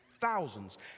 thousands